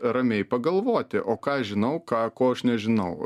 ramiai pagalvoti o ką aš žinau ką ko aš nežinau